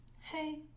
Hey